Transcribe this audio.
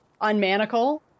Unmanacle